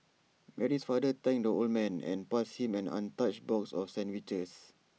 Mary's father thanked the old man and passed him an untouched box of sandwiches